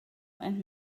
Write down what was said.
and